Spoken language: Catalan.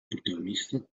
protagonista